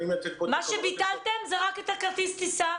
מה שביטלתם זה רק את כרטיס הטיסה.